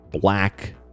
black